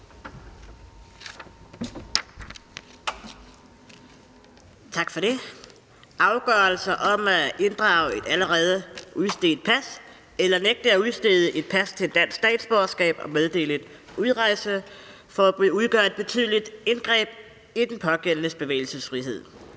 Tak for det. Afgørelser om at inddrage et allerede udstedt pas eller nægte at udstede et pas ved et dansk statsborgerskab og meddele et udrejseforbud udgør et betydeligt indgreb i den pågældendes bevægelsesfrihed.